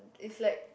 it's like